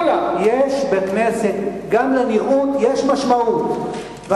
בכנסת גם לנראות יש משמעות,